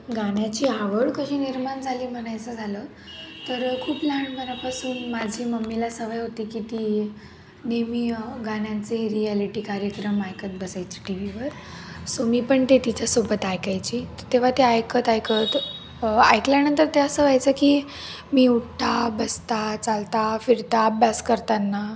गाण्याची आवड कशी निर्माण झाली म्हणायचं झालं तर खूप लहानपणापासून माझी मम्मीला सवय होती की ती नेहमी गाण्याचे रियालिटी कार्यक्रम ऐकत बसायची टी व्हीवर सो मी पण ते तिच्यासोबत ऐकायची तर तेव्हा ते ऐकत ऐकत ऐकल्यानंतर ते असं व्हायचं की मी उठता बसता चालता फिरता अभ्यास करताना